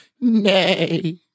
Nay